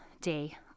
day